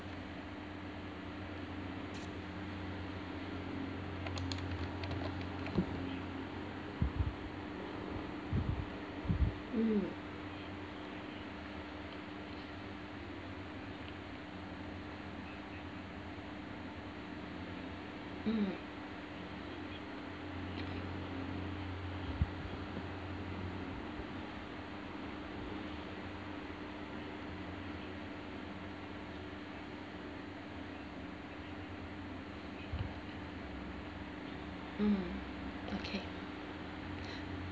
mm mm mm okay